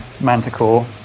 Manticore